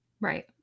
Right